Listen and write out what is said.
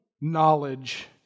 knowledge